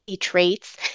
traits